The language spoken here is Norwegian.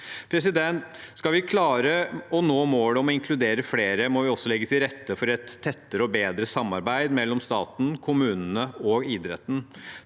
foreninger. Skal vi klare å nå målet om å inkludere flere, må vi også legge til rette for et tettere og bedre samarbeid mellom staten, kommunene og idretten.